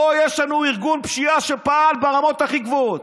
פה יש לנו ארגון פשיעה שפעל ברמות הכי גבוהות,